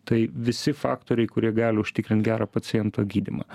tai visi faktoriai kurie gali užtikrint gerą paciento gydymą